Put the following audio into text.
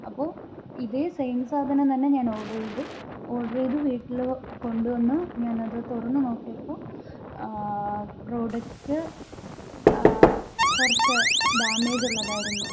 അപ്പോൾ ഇതേ സെയിം സാധനം തന്നെ ഞാൻ ഓർഡർ ചെയ്തു ഓർഡർ ചെയ്ത് വീട്ടിൽ കൊണ്ട് വന്ന് ഞാൻ അത് തുറന്ന് നോക്കിയപ്പോൾ പ്രോഡക്റ്റ് കുറച്ച് ഡാമേജ് ഉള്ളതായിരുന്നു